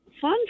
fun